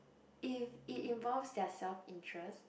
if it involve their self interest